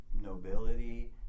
nobility